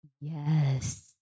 Yes